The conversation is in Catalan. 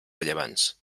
rellevants